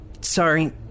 Sorry